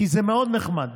כי זה מאוד נחמד.